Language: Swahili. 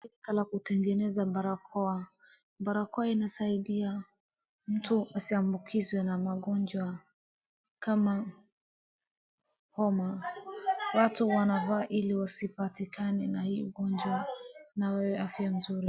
Inaonekana kutengeneza barakoa, barakoa inasaidia mtu asiambukizwe na magonjwa kama homa. Watu wanavaa ili wasipatikane na hii ugonjwa na wawe afya nzuri.